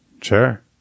sure